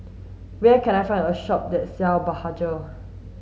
where can I find a shop that sell Blephagel